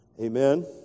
Amen